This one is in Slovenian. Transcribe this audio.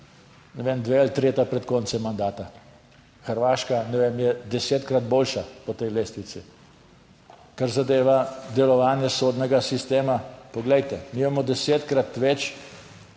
Ne vem, dve ali tri leta pred koncem mandata. Hrvaška, ne vem, je desetkrat boljša po tej lestvici. Kar zadeva delovanje sodnega sistema. Poglejte, mi imamo desetkrat več.